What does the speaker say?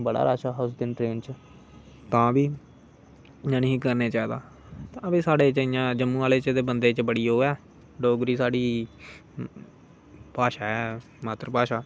बड़ा रश हा उस दिन ट्रेन च तां बी इयां नी ही करने चाहिदा ता ते साढ़े जम्मू आहले बंदे च ते बड़ी ओह् ऐ डोगरी साढ़ी भाषा ऐ मातर भाषा